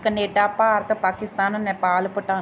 Canada Bharat Pakistan Nepal ਭੁਟਾ